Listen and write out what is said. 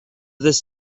this